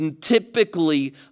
typically